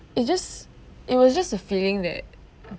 it just it was just a feeling that